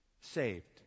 saved